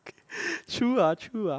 true ah true ah